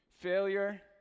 Failure